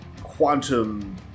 quantum